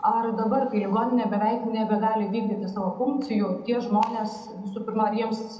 ar dabar kai ligoninė beveik nebegali vykdyti savo funkcijų tie žmonės visų pirma ar jiems